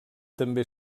també